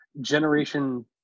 Generation